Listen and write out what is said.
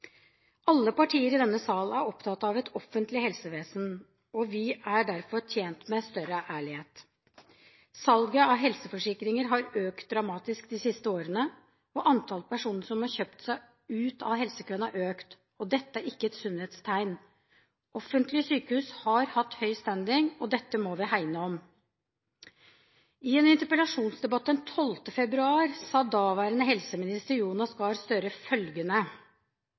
Alle partier i denne sal er opptatt av et offentlig helsevesen, og vi er derfor tjent med større ærlighet. Salget av helseforsikringer har økt dramatisk de siste årene, og antall personer som har kjøpt seg ut av helsekøene, har økt. Dette er ikke et sunnhetstegn. Offentlige sykehus har hatt høy «standing», og dette må vi hegne om. I en interpellasjonsdebatt den 12. februar i år sa daværende helseminister Jonas Gahr Støre følgende: